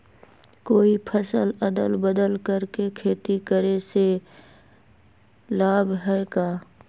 कोई फसल अदल बदल कर के खेती करे से लाभ है का?